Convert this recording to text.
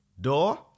door